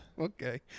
Okay